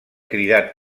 cridat